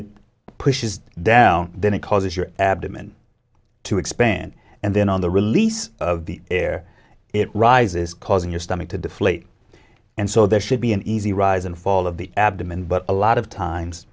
it pushes down then it causes your abdomen to expand and then on the release of the air it rises causing your stomach to deflate and so there should be an easy rise and fall of the abdomen but a lot of times